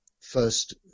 first